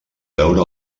veure